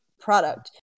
product